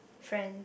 friend